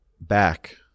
back